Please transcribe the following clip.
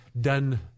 done